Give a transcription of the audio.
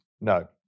No